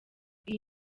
iyi